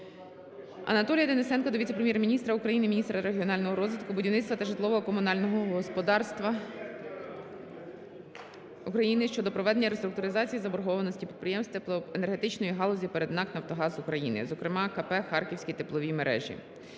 Анатолія Денисенка до віце-прем’єр-міністра України, міністра регіонального розвитку, будівництва та житлово-комунального господарства України щодо проведення реструктуризації заборгованості підприємств теплоенергетичної галузі перед НАК "Нафтогаз України", зокрема КП "Харківські теплові мережі".